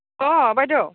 अ बायद'